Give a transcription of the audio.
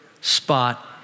spot